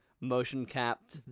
motion-capped